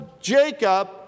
Jacob